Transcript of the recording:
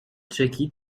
tchéquie